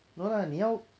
no lah 你要